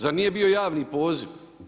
Zar nije bio javni poziv?